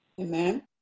Amen